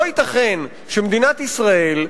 לא ייתכן שמדינת ישראל,